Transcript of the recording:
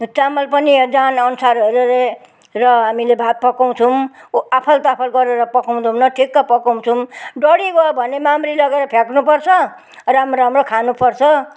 चामल पनि जहान अनुसार हेरेर हामीले भात पकाउँछौँ आफल ताफल गरेर पकाउँदुनँ ठिक्क पकाउँछौँ डढी गयो भने माम्री लगेर फ्याक्नु पर्छ राम् राम्रो खानु पर्छ